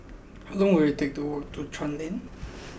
how long will it take to walk to Chuan Lane